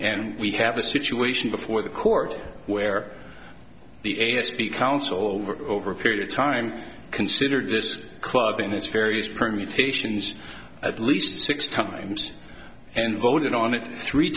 and we have a situation before the court where the a s b council over over a period of time considered this club in its various permutations at least six times and voted on it three